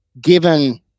given